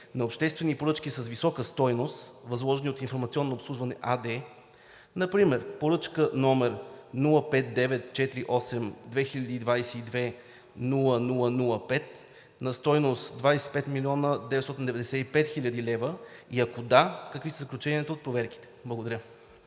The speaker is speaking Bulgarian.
на обществени поръчки с висока стойност, възложени от „Информационно обслужване“ АД? Например поръчка № 0594820220005 на стойност 25 млн. 995 хил. лв. и ако да, какви са заключенията от проверките? Благодаря